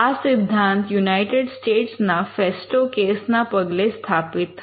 આ સિદ્ધાંત યુનાઇટેડ સ્ટેટ્સના ફેસ્ટો કેસ ના પગલે સ્થાપિત થયો